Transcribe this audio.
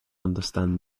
understand